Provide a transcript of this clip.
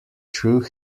through